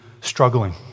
struggling